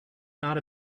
not